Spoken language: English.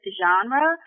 genre